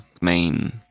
main